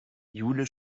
jule